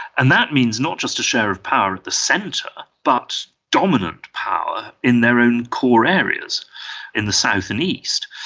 and that means not just a share of power at the centre but the dominant power in their own core areas in the south and east.